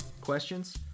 Questions